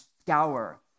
scour